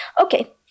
Okay